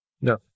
No